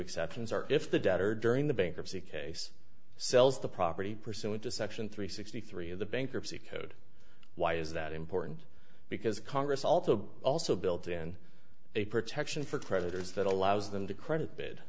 exceptions are if the debtor during the bankruptcy case sells the property pursuant to section three sixty three of the bankruptcy code why is that important because congress also also built in a protection for creditors that allows them to credit